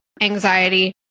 anxiety